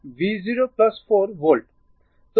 তো এটি 4 অ্যাম্পিয়ার প্রতি সেকেন্ডে হবে